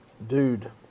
Dude